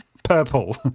purple